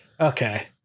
Okay